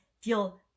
feel